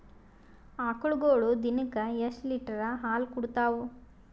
ಆಕಳುಗೊಳು ದಿನಕ್ಕ ಎಷ್ಟ ಲೀಟರ್ ಹಾಲ ಕುಡತಾವ?